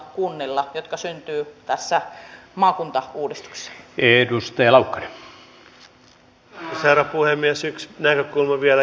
siihen liittyvät tietysti nämä yksityiset ja julkiset työvoimapalvelut mihin edustaja jaskarikin kiinnitti huomiota